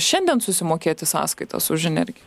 šiandien susimokėti sąskaitas už energiją